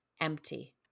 empty